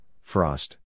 frost